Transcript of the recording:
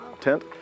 tent